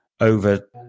over